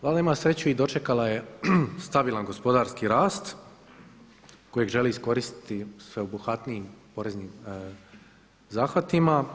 Valjda ima sreću i dočekala je stabilan gospodarski rast kojeg želi iskoristiti sveobuhvatnijim poreznim zahvatima.